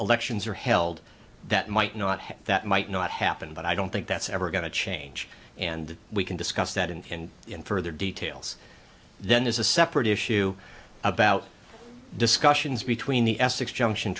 elections are held that might not have that might not happen but i don't think that's ever going to change and we can discuss that and in further details then there's a separate issue about discussions between the essex junction